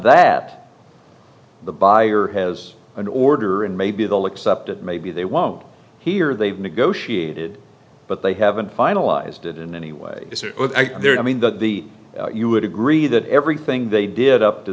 that the buyer has an order and maybe they'll accept it maybe they won't hear they've negotiated but they haven't finalized it in any way there i mean that the you would agree that everything they did up to